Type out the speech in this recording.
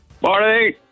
Morning